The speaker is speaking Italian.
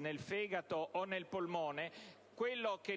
nel fegato o nel polmone, quello che